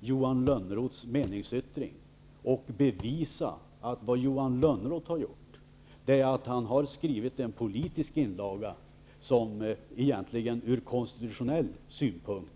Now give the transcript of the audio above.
Johan Lönnroths meningsyttring mening för mening och bevisa att vad Johan Lönnroth har skrivit är en politisk inlaga, som är fullständigt ointressant från konstitutionell synpunkt.